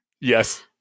yes